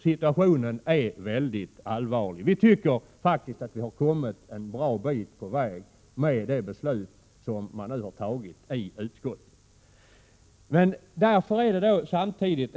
Situationen är allvarlig. Vi tycker faktiskt att vi har kommit en bra bit på väg med det beslut utskottet nu har fattat.